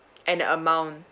and the amount